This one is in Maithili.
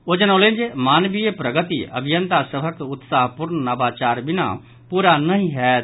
ओ जनौलनि जे मानवीय प्रगति अभियंता सभक उत्साहपूर्ण नवाचार बिना पूरा नहि होयत